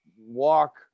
walk